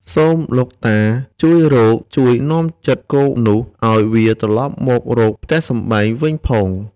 សូមលោកតាជួយរក ជួយនាំចិត្តគោនោះ ឲ្យវាត្រឡប់មករកផ្ទះសម្បែងវិញផង”